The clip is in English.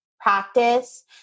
practice